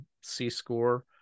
C-score